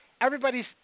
everybody's